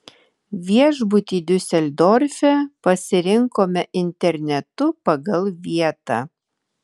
viešbutį diuseldorfe pasirinkome internetu pagal vietą